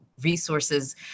resources